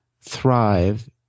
thrive